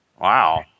Wow